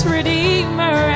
Redeemer